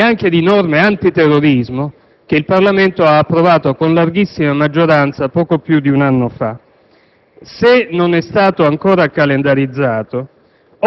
e anche di norme antiterrorismo, che il Parlamento ha approvato con larghissima maggioranza poco più di un anno fa. Se non è stato ancora calendarizzato,